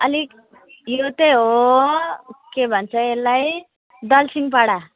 अलिक यो चाहिँ हो के भन्छ यसलाई दलसिङपाडा